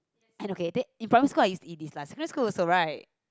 and okay that in primary school I used to eat this lah secondary also right